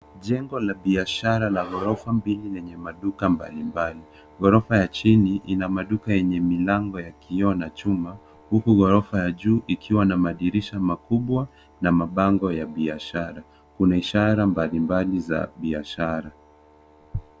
Jengo la biashara la ghorofa mbili lenye maduka mbalimbali. Ghorofa ya chini ina maduka yenye milango ya kioo na chuma huku ghorofa ya juu ikiwa na madirisha makubwa na mabango ya biashara. Kuna ishara mbalimbali za biashara.